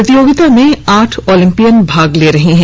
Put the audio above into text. प्रतियोगिता में आठ ओलंपियन भाग ले रहे हैं